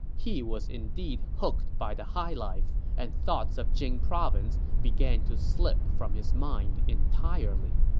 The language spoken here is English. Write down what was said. he was indeed hooked by the high life, and thoughts of jing province began to slip from his mind entirely